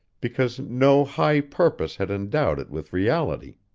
because no high purpose had endowed it with reality.